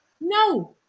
No